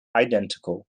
identical